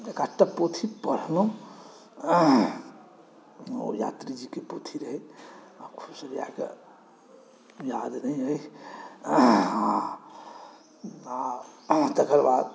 एकाधटा पोथी पढ़लहुँ ओ यात्रीजीकेँ पोथी रहै खुब सरियाकऽ याद नहि अहि हँ तकर बाद